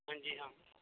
ਹਾਂਜੀ ਹਾਂ